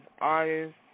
artists